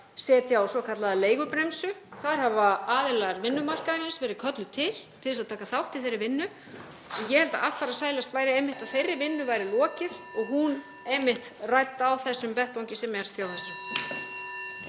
setja á svokallaða leigubremsu. Þar hafa aðilar vinnumarkaðarins verið kölluð til til að taka þátt í þeirri vinnu. Ég held að affarasælast væri einmitt (Forseti hringir.) að þeirri vinnu væri lokið og hún rædd á þessum vettvangi sem er Þjóðhagsráð